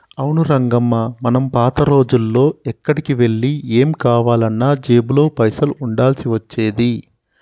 అవును రంగమ్మ మనం పాత రోజుల్లో ఎక్కడికి వెళ్లి ఏం కావాలన్నా జేబులో పైసలు ఉండాల్సి వచ్చేది